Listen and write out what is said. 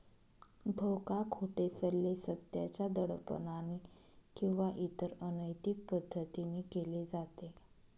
धोका, खोटे सल्ले, सत्याच्या दडपणाने किंवा इतर अनैतिक पद्धतीने केले जाते